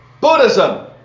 Buddhism